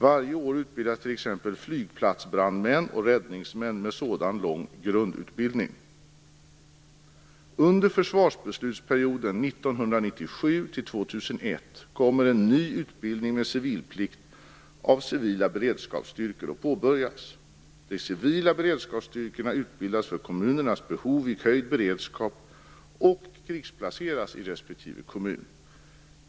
Varje år utbildas t.ex. flygplatsbrandmän och räddningsmän med sådan lång grundutbildning. Under försvarsbeslutsperioden 1997-2001 kommer en ny utbildning med civilplikt av civila beredskapsstyrkor att påbörjas. De civila beredskapsstyrkorna utbildas för kommunernas behov vid höjd beredskap, och krigsplaceras i respektive kommun.